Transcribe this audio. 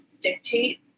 dictate